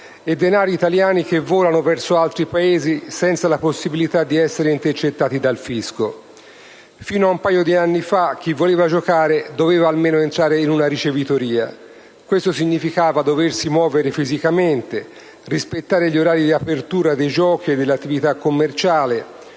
e denari italiani che volano verso altri Paesi senza la possibilità di essere intercettati dal fisco. Fino a un paio di anni fa chi voleva giocare doveva almeno entrare in una ricevitoria. Ciò significava doversi muovere fisicamente, rispettare gli orari di apertura dei giochi e dell'attività commerciale,